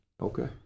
okay